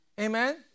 Amen